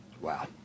Wow